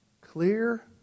clear